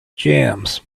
jams